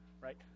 right